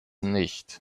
nicht